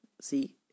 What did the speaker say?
See